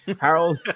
Harold